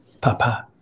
Papa